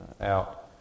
out